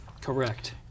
Correct